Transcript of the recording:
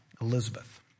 Elizabeth